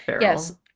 yes